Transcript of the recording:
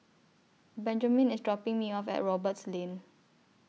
Benjamine IS dropping Me off At Roberts Lane